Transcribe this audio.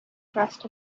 dressed